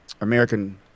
American